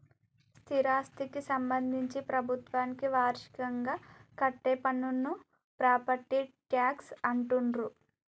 స్థిరాస్థికి సంబంధించి ప్రభుత్వానికి వార్షికంగా కట్టే పన్నును ప్రాపర్టీ ట్యాక్స్ అంటుండ్రు